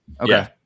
Okay